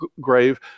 grave